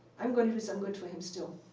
i'm going to do some good for him still.